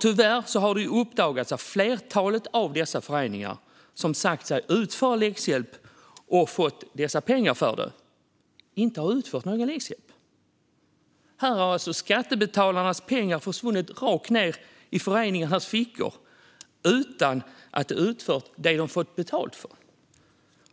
Tyvärr har det uppdagats att flertalet av de föreningar som sagt sig ge läxhjälp och fått pengar för detta inte har gett någon läxhjälp. Här har alltså skattebetalarnas pengar försvunnit rakt ned i föreningarnas fickor, utan att de har utfört det som de har fått betalt för.